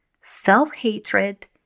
self-hatred